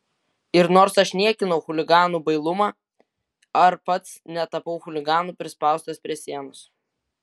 ir nors aš niekinau chuliganų bailumą ar pats netapau chuliganu prispaustas prie sienos